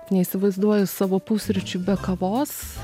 neįsivaizduoju savo pusryčių be kavos